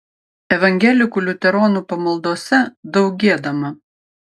evangelikų liuteronų pamaldose daug giedama